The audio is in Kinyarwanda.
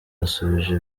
yasubije